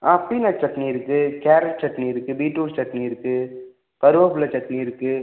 peanut chutney இருக்குது carrot chutney இருக்குது beetroot chutney இருக்குது கருவேப்பில்ல சட்னி இருக்குது